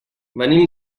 venim